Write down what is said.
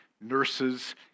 nurses